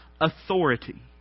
authority